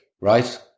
Right